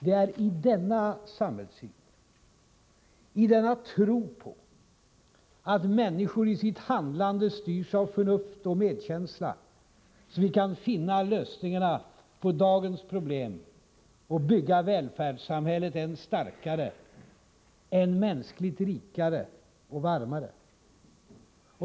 Det är i denna samhällssyn, i denna tro på att människor i sitt handlande styrs av förnuft och medkänsla, som vi kan finna lösningar på dagens problem och bygga välfärdssamhället än starkare, än mänskligt rikare och varmare.